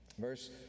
Verse